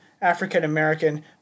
African-American